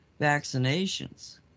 vaccinations